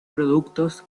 productos